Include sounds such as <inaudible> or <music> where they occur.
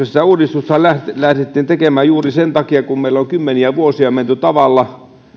<unintelligible> sitä uudistustahan lähdettiin lähdettiin tekemään juuri sen takia kun meillä on kymmeniä vuosia menty tavalla